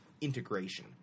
integration